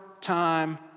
time